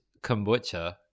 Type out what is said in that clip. kombucha